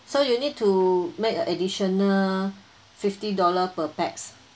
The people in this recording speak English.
so you need to make a additional fifty dollar per pax